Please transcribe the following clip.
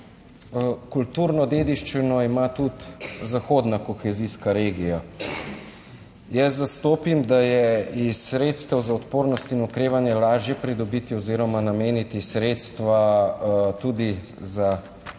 kulturno dediščino ima tudi zahodna kohezijska regija. Jaz zastopim, da je iz sredstev za odpornost in okrevanje lažje pridobiti oziroma nameniti sredstva tudi za